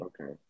Okay